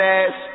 ass